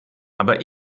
aber